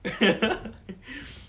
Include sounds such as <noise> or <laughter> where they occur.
<laughs>